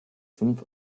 fünf